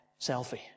selfie